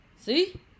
see